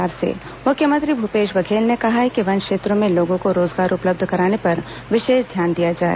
one विभाग समीक्षा बैठक मुख्यमंत्री भूपेश बघेल ने कहा है कि वन क्षेत्रों में लोगों को रोजगार उपलब्ध कराने पर विशेष ध्यान दिया जाए